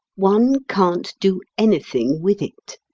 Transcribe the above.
one can't do anything with it.